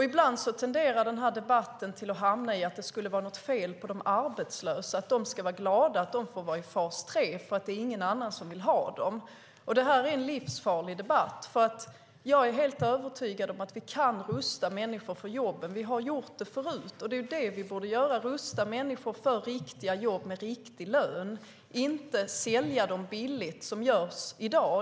Ibland tenderar debatten att hamna i att det skulle vara något fel på de arbetslösa och att de ska vara glada att de får vara i fas 3, för det är ingen annan som vill ha dem. Det är en livsfarlig debatt. Jag är nämligen helt övertygad om att vi kan rusta människor för jobben. Vi har gjort det förut, och det är det vi borde göra - rusta människor för riktiga jobb med riktig lön, inte sälja dem billigt som i dag.